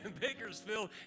Bakersfield